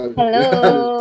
Hello